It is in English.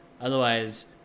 otherwise